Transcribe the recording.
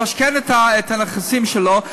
למשכן את הנכסים שלו,